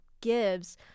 gives